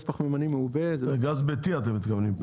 גם פחמימני מעובה -- גז ביתי אתה מתכוון.